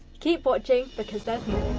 keep watching because there's